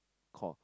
core